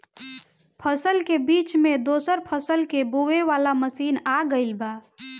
फसल के बीच मे दोसर फसल के बोवे वाला मसीन आ गईल बा